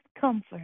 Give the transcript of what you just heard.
comfort